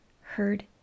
heard